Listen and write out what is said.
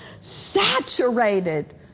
saturated